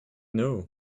know